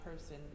person